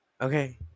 okay